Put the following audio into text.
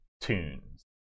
tunes